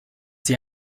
sie